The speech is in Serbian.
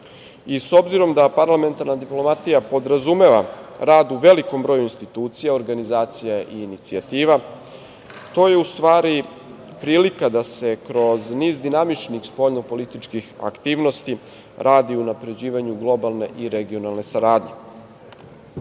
S obzirom da parlamentarna diplomatija podrazumeva rad u velikom broju institucija, organizacija i inicijativa, to je u stvari prilika da se kroz niz dinamičnih spoljnopolitičkih aktivnosti, radi na unapređivanju globalne i regionalne saradnje. Moram